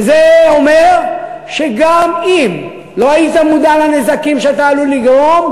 וזה אומר שגם אם לא היית מודע לנזקים שאתה עלול לגרום,